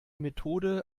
methode